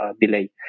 delay